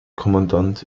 kommandant